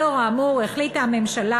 לאור האמור החליטה הממשלה,